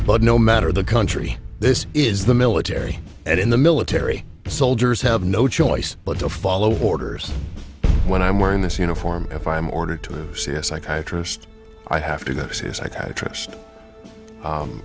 but no matter the country this is the military and in the military soldiers have no choice but to follow orders when i'm wearing this uniform if i'm ordered to see a psychiatrist i have to go see a psychiatrist